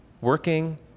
working